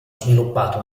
sviluppato